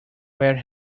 where